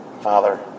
Father